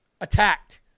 attacked